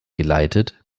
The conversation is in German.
geleitet